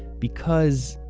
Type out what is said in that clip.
because.